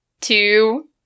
two